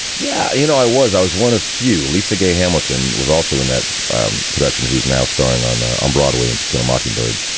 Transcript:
yeah. you know, i was i was one of few. lisa gay hamilton was also in that production, who's now starring on ah um broadway and to kill a mockingbird.